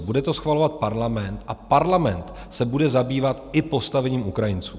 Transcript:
Bude to schvalovat parlament a parlament se bude zabývat i postavením Ukrajinců.